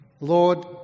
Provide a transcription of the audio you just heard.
Lord